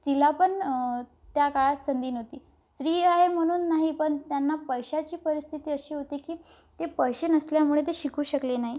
तिला पण त्या काळात संधी नव्हती स्त्री आहे म्हणून नाही पण त्यांना पैशाची परिस्थिती अशी होती की ते पैसे नसल्यामुळे ते शिकू शकले नाही